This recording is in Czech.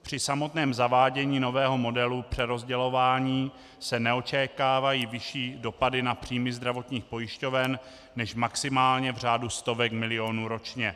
Při samotném zavádění nového modelu přerozdělování se neočekávají vyšší dopady na příjmy zdravotních pojišťoven než maximálně v řádu stovek milionů ročně.